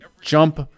jump